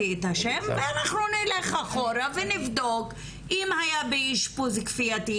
ונלך אחורה, ונבדוק אם היה באישפוז כפייתי.